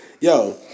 Yo